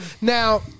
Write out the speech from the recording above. Now